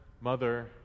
Mother